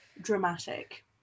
dramatic